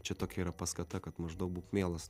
čia tokia yra paskata kad maždaug būk mielas